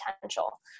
potential